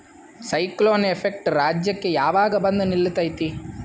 Cyclone effect ರಾಜ್ಯಕ್ಕೆ ಯಾವಾಗ ಬಂದ ನಿಲ್ಲತೈತಿ?